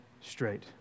straight